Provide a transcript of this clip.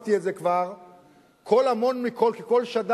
קול המון כקול שדי.